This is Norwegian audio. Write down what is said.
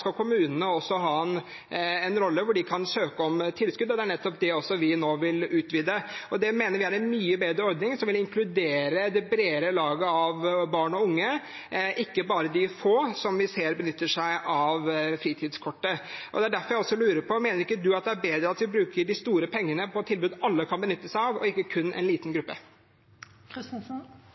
skal kommunene også ha en rolle, hvor de kan søke om tilskudd, og det er nettopp det vi nå vil utvide. Det mener vi er en mye bedre ordning, som vil inkludere det bredere lag av barn og unge, ikke bare de få som vi ser benytter seg av fritidskortet. Det er derfor jeg lurer på: Mener ikke representanten det er bedre at vi bruker de store pengene på et tilbud alle kan benytte seg av, og ikke kun en liten